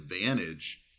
advantage